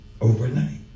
overnight